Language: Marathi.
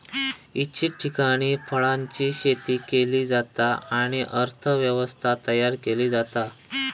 इच्छित ठिकाणी फळांची शेती केली जाता आणि अर्थ व्यवस्था तयार केली जाता